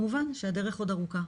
כמובן שהדרך עוד ארוכה,